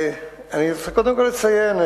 אני רוצה קודם כול לציין,